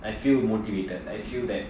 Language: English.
I feel motivated I feel that